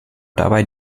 dabei